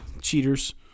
cheaters